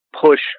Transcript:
push